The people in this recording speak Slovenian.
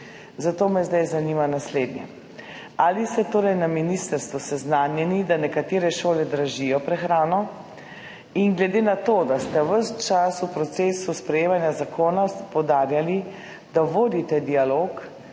Zato me zdaj zanima naslednje: Ali ste na ministrstvu seznanjeni, da nekatere šole dražijo prehrano? Glede na to, da ste ves čas v procesu sprejemanja zakona poudarjali, da vodite dialog,